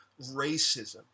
racism